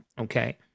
okay